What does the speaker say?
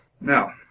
Now